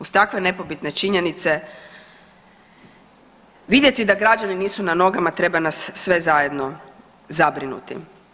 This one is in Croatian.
Uz takve nepobitne činjenice vidjeti da građani nisu na nogama treba nas sve zajedno zabrinuti.